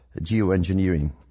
Geoengineering